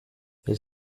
elle